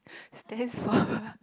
stands for